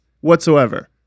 whatsoever